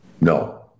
No